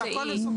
אבל החוק --- לא,